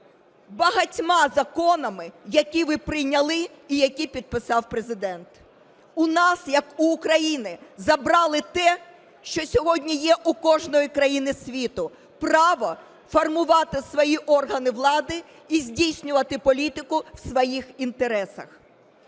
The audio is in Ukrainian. багатьма законами, які ви прийняли і які підписав Президент. У нас як у України забрали те, що сьогодні є у кожній країни світу – право формувати свої органи влади і здійснювати політику в своїх інтересах.